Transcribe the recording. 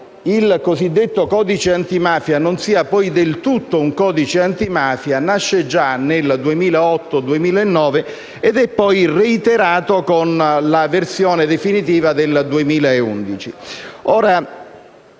il cosiddetto codice antimafia non sia poi del tutto un codice antimafia nasce già nel 2008-2009 ed è poi reiterato con la versione definitiva del 2011.